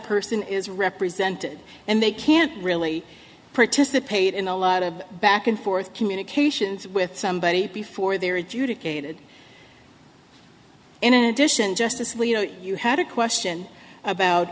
person is represented and they can't really participate in a lot of back and forth communications with somebody before they're adjudicated in addition justice leo you had a question about